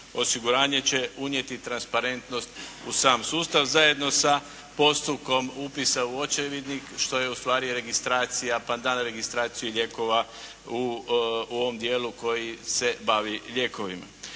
osiguranje će unijeti transparentnost u sam sustav zajedno sa postupkom upisa u očevidnik što je u stvari registracija, pandan registraciji lijekova u ovom dijelu koji se bavi lijekovima.